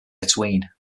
between